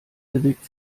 bewegt